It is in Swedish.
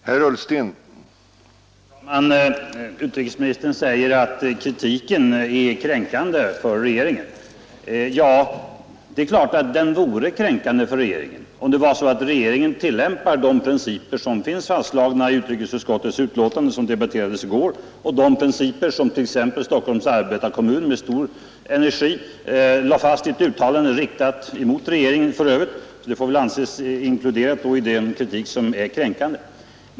Herr talman! Utrikesministern säger att kritiken är kränkande för regeringen. Det är klart att den vore kränkande för regeringen, om regeringen tillämpade de principer som utrikesministern pläderade för nyss, som finns fastslagna i utrikesutskottets betänkande nr 3 som debatterades i går och som t.ex. Stockholms arbetarekommun med stor energi slog fast i ett uttalande — vilket för övrigt var riktat emot regeringen och väl då måste inkluderas i den kritik statsrådet anser kränkande.